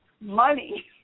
money